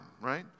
right